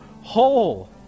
whole